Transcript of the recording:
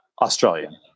Australian